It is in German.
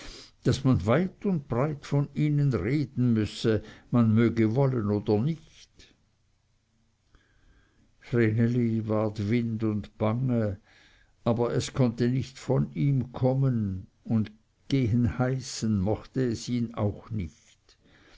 daß man weit und breit von ihnen reden müsse man möge wollen oder nicht vreneli ward wind und bange aber es konnte nicht von ihm kommen und gehen heißen mochte es ihn auch nicht